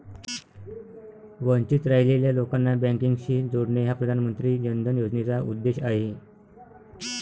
वंचित राहिलेल्या लोकांना बँकिंगशी जोडणे हा प्रधानमंत्री जन धन योजनेचा उद्देश आहे